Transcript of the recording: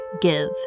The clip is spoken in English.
give